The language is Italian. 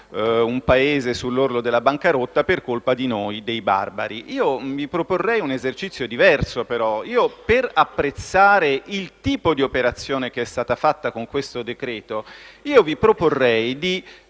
un Paese sull'orlo della bancarotta per colpa di noi, i barbari. Vi proporrei, tuttavia, un esercizio diverso. Per apprezzare il tipo di operazione che è stata fatta con questo decreto-legge, vi proporrei di